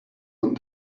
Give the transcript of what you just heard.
want